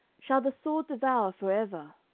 shall the sword devour for ever?